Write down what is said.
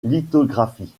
lithographie